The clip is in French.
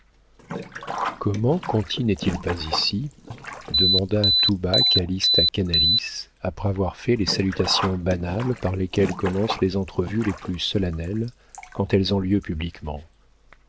artificielles comment conti n'est-il pas ici demanda tout bas calyste à canalis après avoir fait les salutations banales par lesquelles commencent les entrevues les plus solennelles quand elles ont lieu publiquement